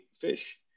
fish